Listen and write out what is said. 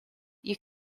you